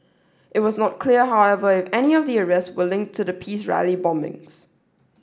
it was not clear however if any of the arrests were linked to the peace rally bombings